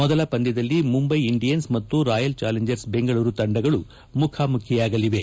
ಮೊದಲ ಪಂದ್ಯದಲ್ಲಿ ಮುಂಬೈ ಇಂಡಿಯನ್ಸ್ ಮತ್ತು ರಾಯಲ್ ಚಾಲೆಂಚರ್ಸ್ ಬೆಂಗಳೂರು ತಂಡಗಳು ಮುಖಾಮುಖಿಯಾಗಲಿವೆ